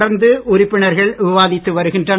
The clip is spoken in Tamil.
தொடர்ந்து உறுப்பினர்கள் விவாதித்து வருகின்றனர்